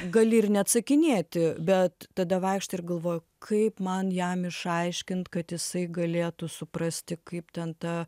gali ir neatsakinėti bet tada vaikštai ir galvoji kaip man jam išaiškint kad jisai galėtų suprasti kaip ten ta